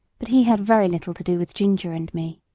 but he had very little to do with ginger and me.